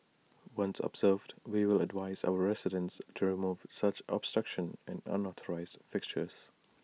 once observed we will advise our residents to remove such obstruction and unauthorised fixtures